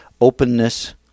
openness